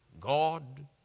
God